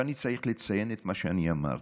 אני צריך לציין את מה שאני אמרתי: